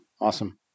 Awesome